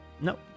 Nope